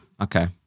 okay